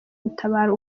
gutabara